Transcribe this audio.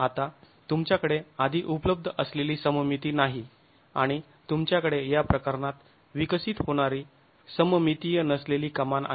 आता तुमच्याकडे आधी उपलब्ध असलेली सममिती नाही आणि तुमच्याकडे या प्रकरणात विकसित होणारी सममितीय नसलेली कमान आहे